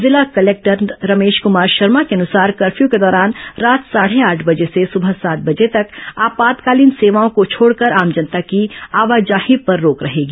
जिला कलेक्टर रमेश कुमार शर्मा के अनुसार कर्फ्यू के दौरान रात साढ़े आठ बजे से सुबह सात बजे तक आपातकालीन सेवाओं को छोड़कर आम जनता की आवाजाही पर रोक रहेगी